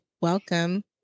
Welcome